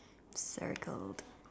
circled